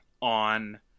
on